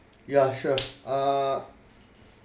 yeah sure uh